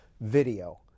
video